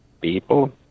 people